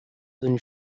than